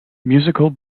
musical